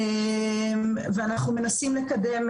אני מניח שכן.